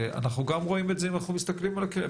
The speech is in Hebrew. ואנחנו גם רואים את זה אם אנחנו מסתכלים על הקרן.